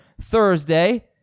Thursday